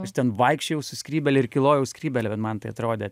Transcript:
aš ten vaikščiojau su skrybėle ir kilojau skrybėlę bet man tai atrodė